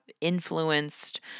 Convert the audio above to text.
influenced